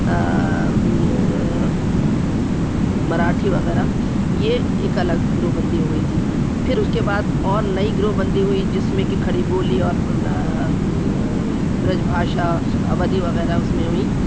مراٹھی وغیرہ یہ ایک الگ گروپ بندی ہو گئی تھی پھر اس کے بعد اور نئی گروپ بندی ہوئی جس میں کہ کھڑی بولی اور برج بھاشا اور اودھی وغیرہ اس میں ہوئیں